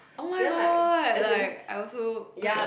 oh my god like I also